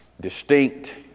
distinct